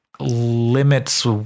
limits